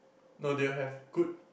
no they will have good